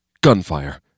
Gunfire